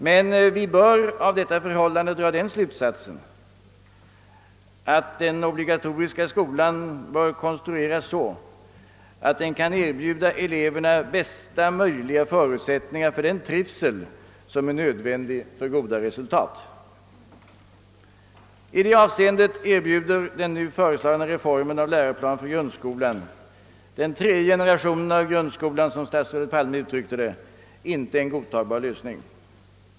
Men vi bör av detta dra den slutsatsen att den obligatoriska skolan bör konstrueras så, att den kan erbjuda eleverna bästa möjliga förutsättningar för den trivsel som är nödvän dig för att nå goda resultat. I detta avseende erbjuder den nu föreslagna reformen av läroplan för grundskolan — den tredje generationen av grundskolan som statsrådet Palme uttryckte det — icke en godtagbar lösning.